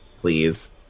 please